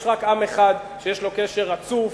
יש רק עם אחד שיש לו קשר רצוף,